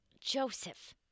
Joseph